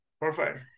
Perfect